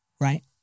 right